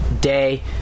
day